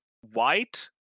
White